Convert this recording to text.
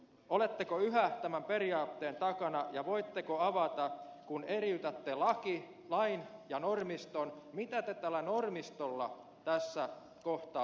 oletteko yhä tämän periaatteen takana ja voitteko avata kun eriytätte lain ja normiston mitä te tällä normistolla tässä kohtaa tarkoititte